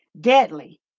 deadly